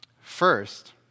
First